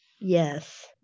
Yes